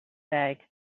bag